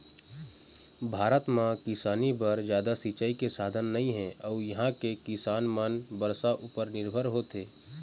भारत म किसानी बर जादा सिंचई के साधन नइ हे अउ इहां के किसान मन बरसा उपर निरभर होथे